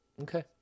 Okay